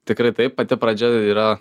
tikrai taip pati pradžia yra